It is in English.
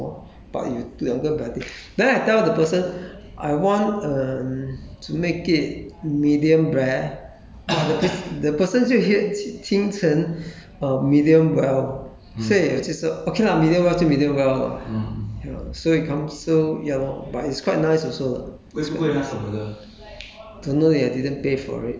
okay 算了我忘记在哪里吃了 anyway the burger is very small but 有两个 patty then I tell the person I want um to make it medium rare but the person still hea~ 听成 um medium well 所以就是 okay lah medium well 就 medium well lah yeah so it comes so yeah loh but it's quite nice also lah it's quite nice also lah